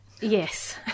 Yes